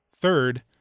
Third